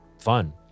fun